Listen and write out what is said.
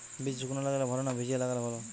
বীজ শুকনো লাগালে ভালো না ভিজিয়ে লাগালে ভালো?